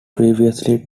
previously